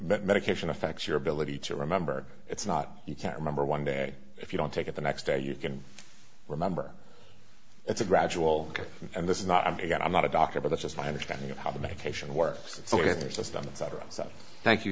medication affects your ability to remember it's not you can't remember one day if you don't take it the next day you can remember it's a gradual and this is not i'm not i'm not a doctor but that's just my understanding of how the medication works so that their systems are also thank you